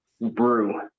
brew